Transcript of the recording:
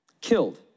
killed